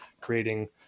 creating